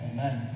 Amen